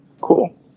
Cool